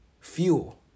fuel